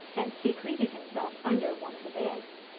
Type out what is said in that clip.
and secreted himself under one of the beds.